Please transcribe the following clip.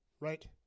right